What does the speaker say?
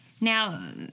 Now